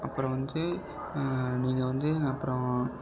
அப்புறம் வந்து நீங்கள் வந்து அப்புறோம்